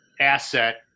asset